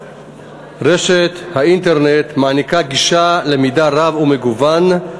רשת האינטרנט מעניקה גישה למידע רב ומגוון,